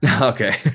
Okay